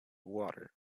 water